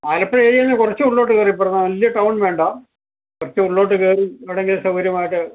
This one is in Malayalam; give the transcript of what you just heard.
ആലപ്പുഴ ഏരിയായിന്ന് കുറച്ച് ഉള്ളിലോട്ട് കയറി ഇപ്പറം വലിയ ടൗൺ വേണ്ട കുറച്ചുള്ളിലോട്ട് കയറി കടയ്ക്ക് സൗകര്യമായിട്ട്